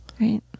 right